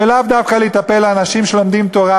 ולאו דווקא להיטפל לאנשים שלומדים תורה,